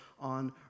on